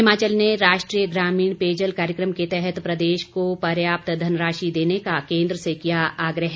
हिमाचल ने राष्ट्रीय ग्रामीण पेयजल कार्यक्रम के तहत प्रदेश को पर्याप्त धनराशि देने का केन्द्र से किया आग्रह